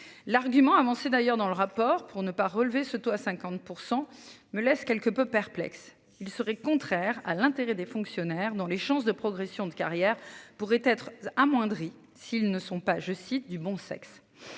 L'argument avancé d'ailleurs dans le rapport, pour ne pas relever ce taux à 50% me laisse quelque peu perplexe. Il serait contraire à l'intérêt des fonctionnaires dont les chances de progression de carrière, pourrait être amoindrie. S'ils ne sont pas je cite du bon sexe.